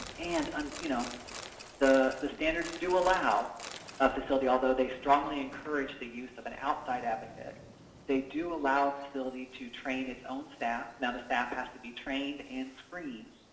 and you know the the standards do allow a facility although they strongly encourage the use of an outside advocate they do allow a facility to train its own staff. now, the staff has to be trained and screened,